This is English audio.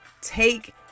take